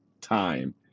time